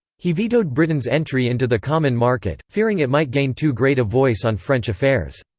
he vetoed britain's entry into the common market, fearing it might gain too great a voice on french affairs.